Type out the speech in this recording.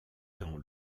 dans